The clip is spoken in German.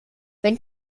wenn